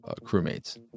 crewmates